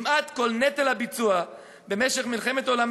כמעט כל נטל הביצוע במשך מלחמת העולם